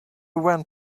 went